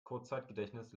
kurzzeitgedächtnis